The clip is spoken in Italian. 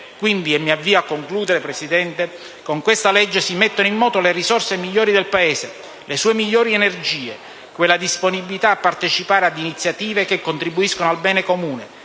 prova a risolvere. Signora Presidente, con questa legge si mettono in moto le risorse migliori del Paese, le sue migliori energie, quella disponibilità a partecipare ad iniziative che contribuiscono al bene comune.